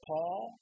Paul